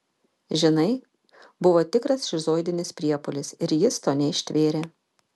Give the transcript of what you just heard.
žinai buvo tikras šizoidinis priepuolis ir jis to neištvėrė